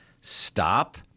stop